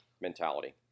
mentality